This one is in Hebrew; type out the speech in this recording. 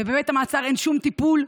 ובבית המעצר אין שום טיפול.